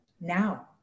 now